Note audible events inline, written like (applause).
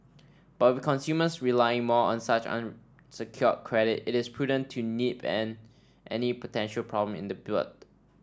but with consumers relying more on such unsecured credit it is prudent to nip (unintelligible) any potential problem in the (unintelligible)